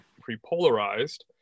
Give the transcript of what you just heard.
pre-polarized